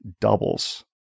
doubles